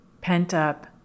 pent-up